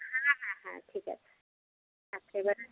হ্যাঁ হ্যাঁ হ্যাঁ ঠিক আছে একেবারে